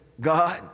God